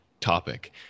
topic